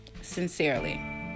Sincerely